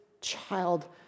child